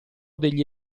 degli